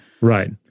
Right